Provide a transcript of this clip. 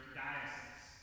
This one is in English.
diocese